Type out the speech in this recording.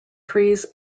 trees